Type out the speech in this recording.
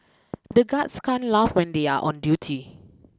the guards can't laugh when they are on duty